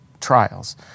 trials